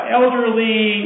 elderly